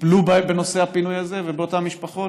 טיפלו בנושא הפינוי הזה ובאותן משפחות.